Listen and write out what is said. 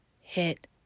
hit